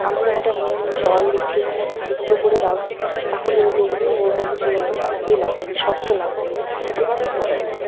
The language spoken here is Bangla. আমি বললাম ওটা নুন জল একটু দিয়ে সিদ্ধ করে দাও তো তাহলে ও দেখবে ওর হচ্ছে ইয়ে লাগবে না শক্ত লাগবে না সেভাবে করে দিল